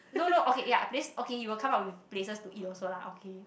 no no okay ya place okay he will come up with places to eat also lah okay